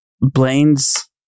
Blaine's